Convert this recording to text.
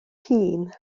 hŷn